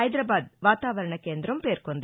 హైదరాబాద్ వాతావరణ కేంద్రం పేర్కొంది